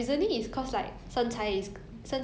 oh that's true especially for guys hor